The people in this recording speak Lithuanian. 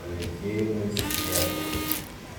palinkėjimais lietuvai